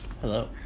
Hello